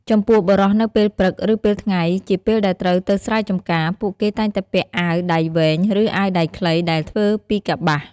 ចំពោះ បុរសនៅពេលព្រឹក ឬ ពេលថ្ងៃជាពេលដែលត្រូវទៅស្រែចំការ ពួកគេតែងតែពាក់អាវដៃវែង ឬ អាវដៃខ្លីដែលធ្វើពីកប្បាស។